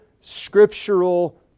scriptural